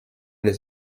les